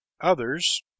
Others